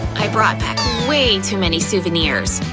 i brought back way too many souvenirs!